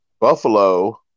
Buffalo